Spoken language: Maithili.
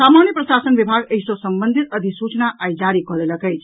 सामान्य प्रशासन विभाग एहि सॅ संबंधित अधिसूचना आइ जारी कऽ देलक अछि